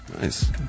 Nice